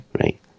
Right